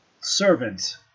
servant